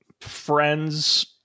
friends